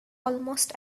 almost